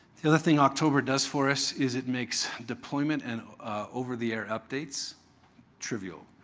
the other thing october does for us is it makes deployment and over-the-air updates trivial.